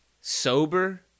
Sober